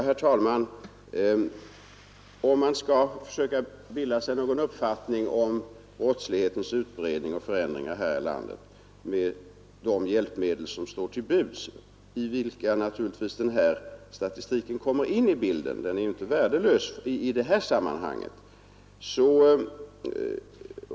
Herr talman! Om man skall försöka bilda sig någon uppfattning om brottslighetens utbredning och förändring här i landet får man naturligtvis använda sig av de hjälpmedel som står till buds. Där kommer naturligtvis denna statistik in i bilden — den är ju inte värdelös i detta sammanhang.